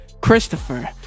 Christopher